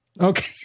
Okay